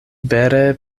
vere